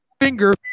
finger